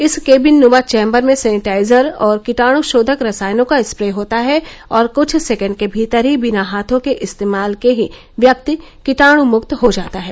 इस केबिन नुमा चैम्बर में सैनिटाइजर और कीटाण्शोधक रसायनों का स्प्रे होता है और कृष्ठ सेकंड के भीतर ही बिना हाथों के इस्तेमाल के ही व्यक्ति कीटाणु मुक्त हो जाता है